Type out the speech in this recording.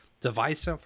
device